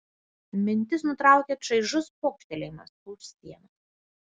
mintis nutraukė čaižus pokštelėjimas už sienos